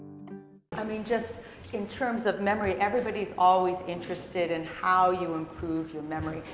i mean, just in terms of memory, everybody's always interested in how you improve your memory.